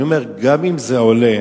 אני אומר שגם אם זה עולה,